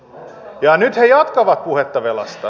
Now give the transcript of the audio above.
nyt he jatkavat puhetta velasta